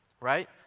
right